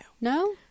no